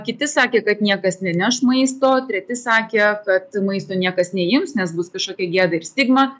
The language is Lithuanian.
kiti sakė kad niekas neneš maisto treti sakė kad maisto niekas neims nes bus kažkokia gėda ir stigma